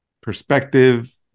perspective